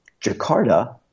Jakarta